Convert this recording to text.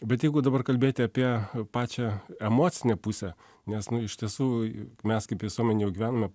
bet jeigu dabar kalbėti apie pačią emocinę pusę nes nu iš tiesų mes kaip visuomenė jau gyvename